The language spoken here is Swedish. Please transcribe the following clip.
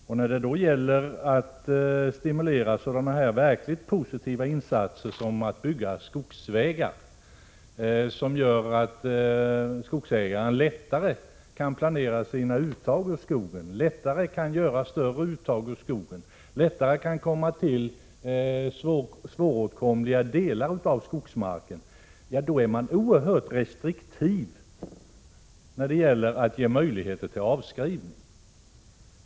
Men när det blir aktuellt att stimulera sådana verkligt positiva insatser som att bygga skogsvägar, som gör att skogsägaren lättare kan planera sina uttag ur skogen, lättare kan göra större uttag ur skogen och lättare kan komma till svåråtkomliga delar av skogsmarken, då är man oerhört restriktiv med att ge möjligheter till avskrivning.